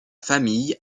famille